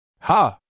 Ha